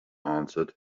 answered